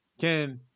Ken